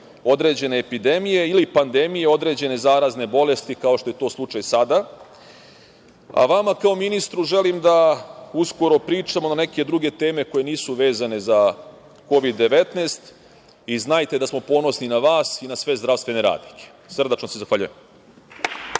određene epidemije ili pandemije određene zarazne bolesti kao što je to slučaj sada. Vama kao ministru želim da uskoro pričamo na neke druge teme koje nisu vezane za Kovid 19 i znajte da smo ponosni na vas i na sve zdravstvene radnike. Srdačno se zahvaljujem.